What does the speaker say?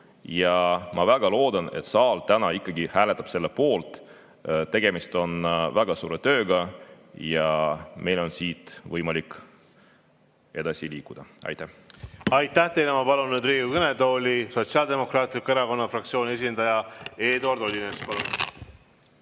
Ja ma väga loodan, et saal täna hääletab selle poolt. Tegemist on väga suure tööga ja meil on siit võimalik edasi liikuda. Aitäh! Aitäh teile! Ma palun nüüd Riigikogu kõnetooli Sotsiaaldemokraatliku Erakonna fraktsiooni esindaja Eduard